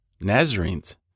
Nazarenes